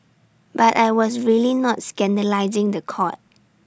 but I was really not scandalising The Court